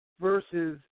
versus